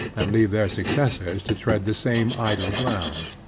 and leave their successors to tread the same idle round.